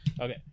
okay